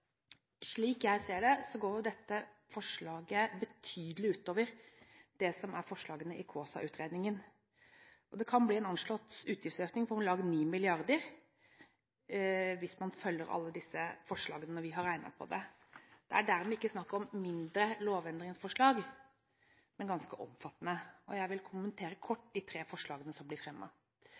Slik jeg ser det, går dette forslaget betydelig utover det som er forslagene i Kaasa-utredningen. Man kan anslå en utgiftsøkning på omkring 9 mrd. kr hvis man følger alle disse forslagene når vi har regnet på det. Det er dermed ikke snakk om mindre lovendringsforslag, men ganske omfattende. Jeg vil kommentere kort de tre forslagene som blir